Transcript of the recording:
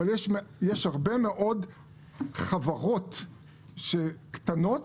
אבל יש הרבה מאוד חברות קטנות,